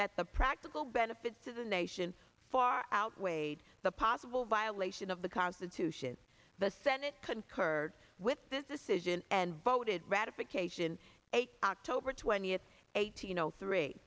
that the practical benefits to the nation far outweighed the possible violation of the constitution the senate concurred with this decision and voted ratification eight october twentieth eighteen zero three